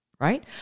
right